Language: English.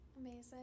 amazing